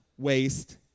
Waste